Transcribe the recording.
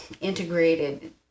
integrated